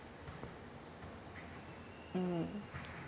mm